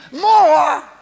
more